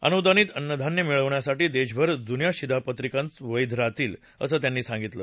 अनुदानीत अन्नधान्य मिळवण्यासाठी देशभर जुन्या शिधापत्रिकाचं वैध राहतील असं त्यांनी सांगितलं